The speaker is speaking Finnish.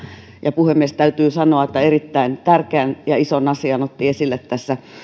ja puhemies täytyy sanoa että erittäin tärkeän ja ison asian otti esille